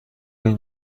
کنید